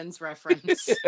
reference